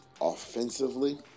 offensively